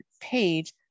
page